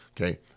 okay